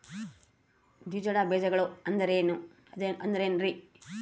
ದ್ವಿದಳ ಬೇಜಗಳು ಅಂದರೇನ್ರಿ?